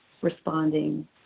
responding